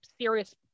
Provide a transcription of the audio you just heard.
serious